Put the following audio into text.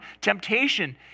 Temptation